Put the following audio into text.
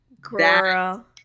Girl